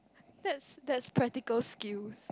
that's that's practical skills